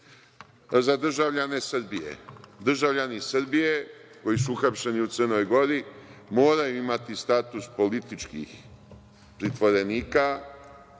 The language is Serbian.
za državljane Srbije. Državljani Srbije koji su uhapšeni u Crnoj Gori moraju imati status političkih pritvorenika,